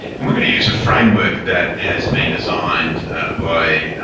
and we're going to use a framework that has been designed by.